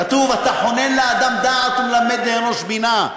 כתוב: אתה חונן לאדם דעת ומלמד לאנוש בינה.